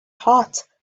hot